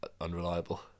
unreliable